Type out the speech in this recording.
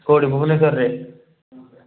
କେଉଁଠି ଭୁବନେଶ୍ୱରରେ